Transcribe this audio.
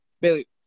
Bailey